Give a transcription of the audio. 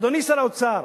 אדוני שר האוצר,